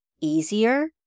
easier